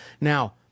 Now